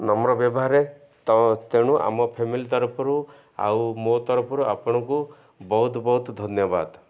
ନମ୍ର ବ୍ୟବହାରରେ ତ ତେଣୁ ଆମ ଫ୍ୟାମିଲି ତରଫରୁ ଆଉ ମୋ ତରଫରୁ ଆପଣଙ୍କୁ ବହୁତ ବହୁତ ଧନ୍ୟବାଦ